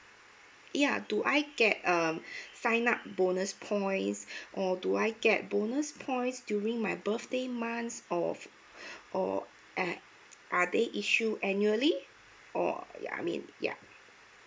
ya do I get um sign up bonus points or do I get bonus points during my birthday months or or are they issue annually or I mean yup